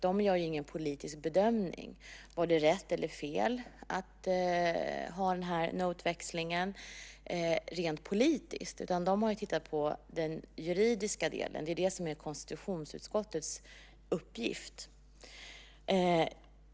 De gör ingen politisk bedömning av om det var rätt eller fel att ha den här notväxlingen rent politiskt, utan de har tittat på den juridiska delen. Det är det som är konstitutionsutskottets uppgift.